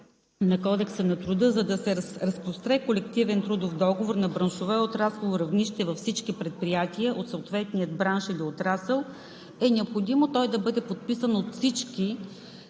на Кодекса на труда, за да се разпростре колективен трудов договор на браншово и отраслово равнище във всички предприятия от съответния бранш или отрасъл, е необходимо той да бъде подписан от всички